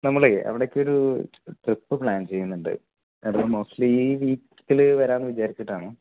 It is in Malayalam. നമ്മളെ അവിടേക്കൊരു ട്രിപ്പ് പ്ലാൻ ചെയ്യുന്നുണ്ട് അതിപ്പോൾ മോസ്റ്റ്ലി ഈ വീക്കിൽ വരാമെന്ന് വിചാരിച്ചിട്ടാണ്